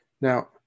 Now